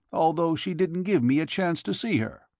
although she didn't give me a chance to see her.